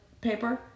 paper